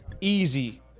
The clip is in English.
easy